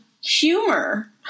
humor